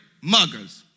muggers